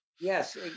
Yes